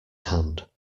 hand